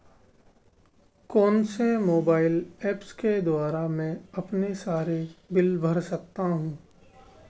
कौनसे mobile apps के द्वारा मैं अपने सारे बिल भर सकता हूं?